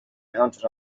mounted